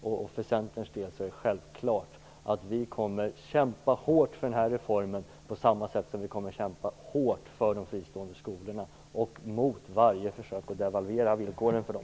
För oss i Centern är det självklart att vi kommer att kämpa hårt för den här reformen på samma sätt som vi kommer att kämpa hårt för de fristående skolorna och mot varje försök att devalvera villkoren för dem.